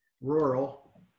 rural